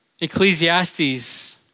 Ecclesiastes